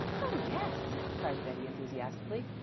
oh yes, cried betty, enthusiastically.